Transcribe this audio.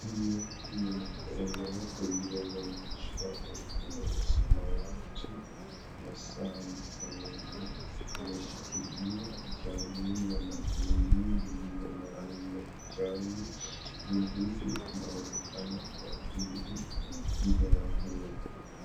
...uliyo kwenye mkono uliovalishwa nguo ya samawati na saa mkononi. Umeshikilia jani la mahindi lililo na rangi ya kijani. Mdudu anaonekana kwa pili, mmea huu.